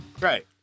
Right